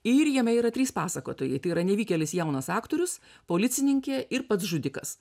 ir jame yra trys pasakotojai tai yra nevykėlis jaunas aktorius policininkė ir pats žudikas